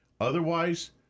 Otherwise